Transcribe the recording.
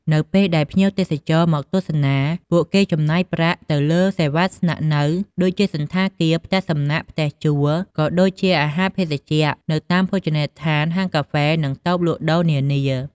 នៅពេលដែលភ្ញៀវទេសចរមកទស្សនា ពួកគេចំណាយប្រាក់ទៅលើសេវាស្នាក់នៅដូចជាសណ្ឋាគារ ផ្ទះសំណាក់ ផ្ទះជួល ក៏ដូចជាអាហារភេសជ្ជៈនៅតាមភោជនីយដ្ឋាន ហាងកាហ្វេ និងតូបលក់ដូរនានា។